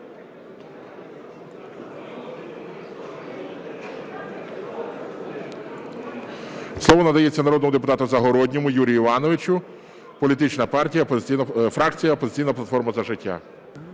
Слово надається народному депутату Загородньому Юрію Івановичу, політична партія, фракція "Опозиційна платформа – За життя".